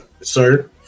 Sir